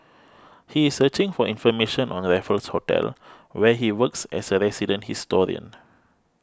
he is searching for information on Raffles Hotel where he works as a resident historian